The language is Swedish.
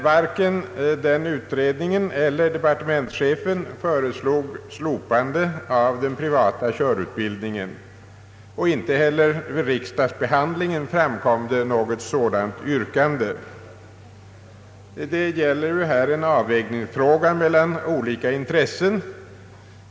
Varken denna utredning eller departementschefen föreslog emellertid slopande av den privata körutbildningen, och inte heller vid riksdagsbehandlingen framkom något sådant yrkande. Det gäller här en avvägningsfråga mellan olika intressen.